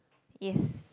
yes